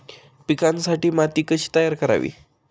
पिकांसाठी माती कशी तयार करावी?